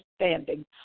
understanding